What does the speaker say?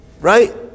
right